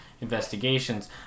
investigations